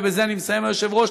ובזה אני מסיים, היושב-ראש.